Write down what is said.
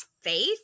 faith